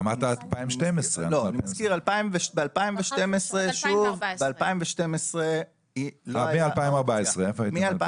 אמרת 2012. מ-2014.